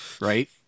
Right